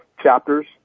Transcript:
chapters